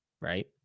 right